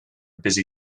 busy